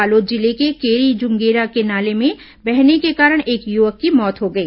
बालोद जिले के केरी जुंगेरा के नाले में बहने के कारण एक युवक की मौत हो गई